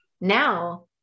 Now